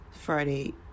Friday